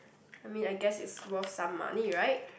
I mean I guess it's worth some money right